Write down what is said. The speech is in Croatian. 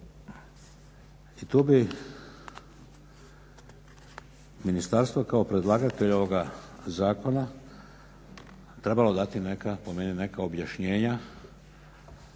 I tu bi ministarstva kao predlagatelj ovoga zakona trebalo dati, po meni neka objašnjenja